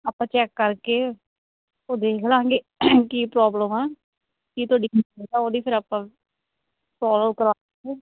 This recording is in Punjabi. ਆਪਾਂ ਚੈੱਕ ਕਰਕੇ ਉਹ ਦੇਖ ਲਵਾਂਗੇ ਕੀ ਪ੍ਰੋਬਲਮ ਆ ਕੀ ਤੁਹਾਡੀ ਉਹਦੀ ਫਿਰ ਆਪਾਂ ਫੋਲੋ ਕਰਵਾ ਕੇ